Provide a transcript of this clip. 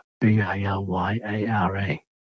B-A-L-Y-A-R-A